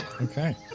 Okay